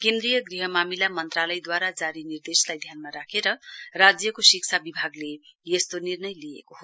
केन्द्रीय गृह मामिला मन्त्रालयद्वारा जारी निर्देशलाई ध्यानमा राखेर राज्यको शिक्षा विभागले यस्तो निर्णय लिएको हो